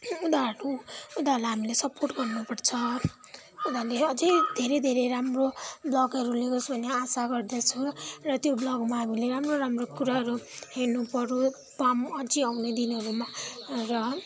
उनीहरू उनीहरूलाई हामी सपोर्ट गर्नुपर्छ उनीहरूले अझै धेरै धरै राम्रो ब्लगहरू ल्याओस् भन्ने आशा गर्दछु र त्यो ब्लगमा हामीले राम्रो राम्रो कुराहरू हेर्नु परो पाऊँ अझै आउने दिनहरूमा र